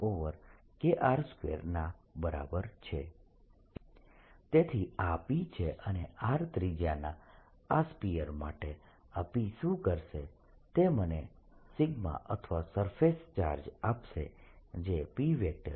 Qb K 1KQ Pe0Ee04π0Q rKr2 તેથી આ P છે અને R ત્રિજ્યાના આ સ્ફીયર માટે આ P શું કરશે તે મને અથવા સરફેસ ચાર્જ આપશે જે P